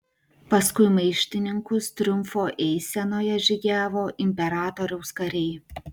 paskui maištininkus triumfo eisenoje žygiavo imperatoriaus kariai